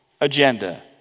agenda